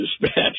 dispatch